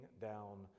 down